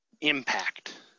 impact